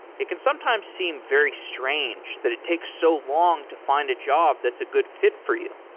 it can sometimes seem very strange that it takes so long to find a job that's a good fit for you.